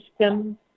System